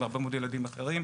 עם הרבה מאוד ילדים אחרים.